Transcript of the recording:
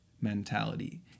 mentality